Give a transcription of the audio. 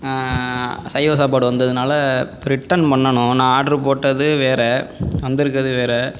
சைவ சாப்பாடு வந்ததினால ரிட்டர்ன் பண்ணணும் நான் ஆட்ரு போட்டது வேறு வந்துருக்கறது வேறு